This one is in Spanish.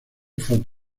fotos